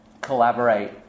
collaborate